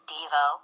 Devo